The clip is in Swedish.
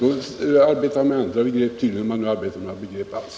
Då arbetade han tydligen med andra begrepp, om han nu rörde sig med några begrepp alls.